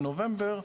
בנובמבר,